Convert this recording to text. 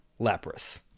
Lapras